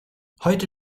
heute